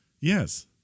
Yes